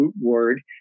word